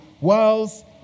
whilst